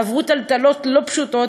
עברו טלטלות לא פשוטות,